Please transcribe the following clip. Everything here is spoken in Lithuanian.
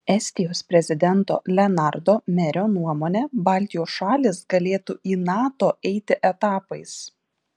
estijos prezidento lenardo merio nuomone baltijos šalys galėtų į nato eiti etapais